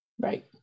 Right